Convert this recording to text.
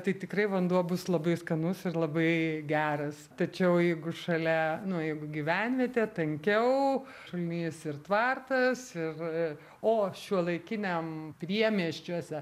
tai tikrai vanduo bus labai skanus ir labai geras tačiau jeigu šalia nu jeigu gyvenvietė tankiau šulinys ir tvartas ir o šiuolaikiniam priemiesčiuose